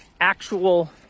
actual